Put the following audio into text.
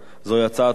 זוהי הצעת חוק